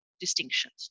distinctions